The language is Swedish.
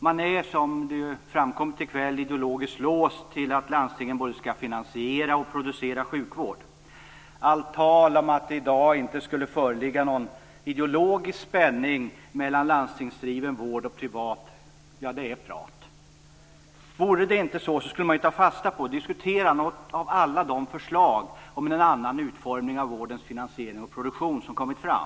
Man är, som framkommit i kväll, ideologiskt låst till att landstingen både skall finansiera och producera sjukvård. Allt tal om att det i dag inte finns någon ideologisk spänning mellan landstingsdriven vård och privat vård är prat. Vore det inte så skulle man ju ha tagit fasta på och diskuterat alla de förslag om en annan utformning av vårdens finansiering och produktion som kommit fram.